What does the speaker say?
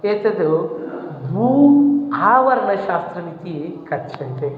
एतत् भू आवरणशास्त्रमिति कथ्यन्ते